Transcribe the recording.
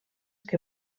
que